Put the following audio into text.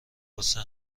واسه